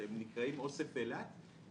שהם נקראים אוסף אילת,